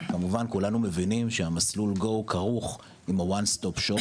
כמובן כולנו מבינים שמסלול GO כרוך עם ה-ONE STOP SHOP,